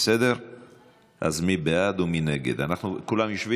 אז אנחנו נעבור